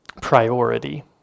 priority